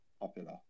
popular